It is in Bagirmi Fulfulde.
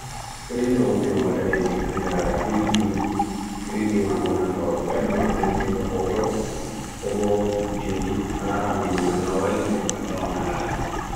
pirentawurthi nawal ereji andraga 3dini, 3diman onan tawa bel nima pirentin to hoto, ko bo bindi, alaram bindi man nawali 3dipat awan alaradi.